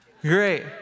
Great